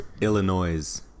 illinois